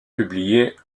publiées